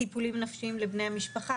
טיפולים נפשיים לבני המשפחה,